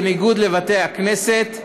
בניגוד לבתי-הכנסת,